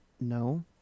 No